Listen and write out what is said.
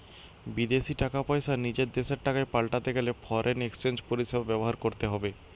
বিদেশী টাকা পয়সা নিজের দেশের টাকায় পাল্টাতে গেলে ফরেন এক্সচেঞ্জ পরিষেবা ব্যবহার করতে হবে